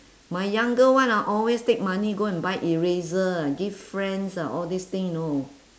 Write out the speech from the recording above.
my younger one ah always take money go and buy eraser ah give friends ah all this thing you know